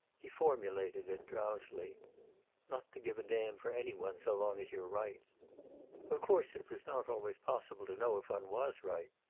he formulated it, drowsily not to give a damn for any one, so long as you're right of course, it was not always possible to know if one was right.